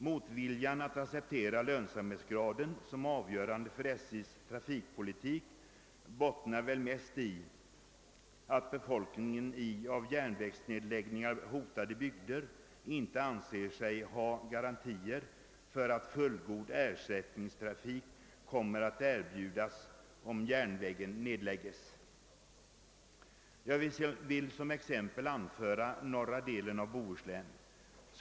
Motvilja att acceptera lönsamhetsgraden som avgörande för SJ:s trafikpolitik torde huvudsakligen bottna i att befolkningen i bygder som hotas av järnvägsnedläggningar inte anser sig ha några garantier för att fullgod ersättningstrafik kommer att erbjudas om järnvägstrafiken nedlägges. Som exempel vill jag anföra norra Bohuslän.